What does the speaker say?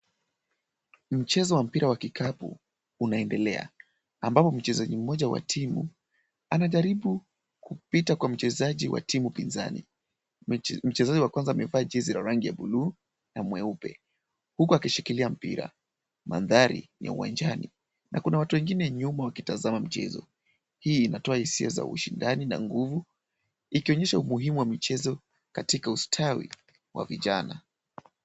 Mchezo wa mpira wa kikapu unaendelea, ambapo mchezaji mmoja wa timu anajaribu kupita kwa mchezaji wa timu pinzani. Mchezaji wa kwanza amevaa jezi ya rangi ya blue na mweupe, huku akishikilia mpira, mandhari ni ya uwanjani, na kuna watu wengine nyuma wakitazama mchezo. Hii inatoa hisia za ushindani na nguvu, ikionyesha umuhimu wa michezo katika ustawi wa vijana.